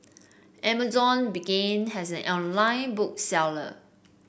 Amazon began has an online book seller